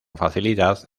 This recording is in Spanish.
facilidad